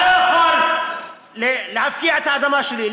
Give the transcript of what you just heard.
אתה לא יכול להפקיע את האדמה שלי,